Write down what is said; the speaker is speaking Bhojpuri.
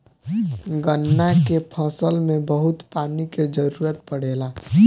गन्ना के फसल में बहुत पानी के जरूरत पड़ेला